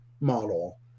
model